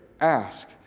ask